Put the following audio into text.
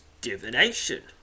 divination